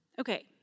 okay